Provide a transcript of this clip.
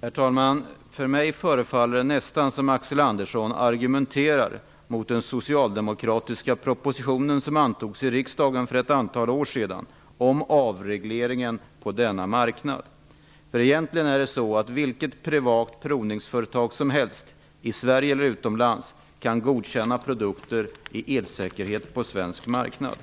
Herr talman! För mig förefaller det nästan som om Axel Andersson argumenterar mot den socialdemokratiska proposition som antogs i riksdagen för ett antal år sedan om avregleringen på denna marknad. Egentligen kan vilket privat provningsföretag som helst, i Sverige eller utomlands, godkänna elprodukter på den svenska marknaden.